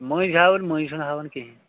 مٔنزۍ ہاوان مٔنزۍ چُھنہٕ ہاوان کِہیٖنۍ